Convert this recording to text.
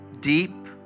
deep